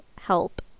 help